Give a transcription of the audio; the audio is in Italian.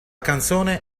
canzone